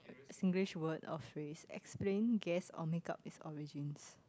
Singlish word or phrase explain guess or make up its origins